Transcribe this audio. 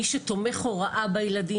מי שתומך הוראה בילדים,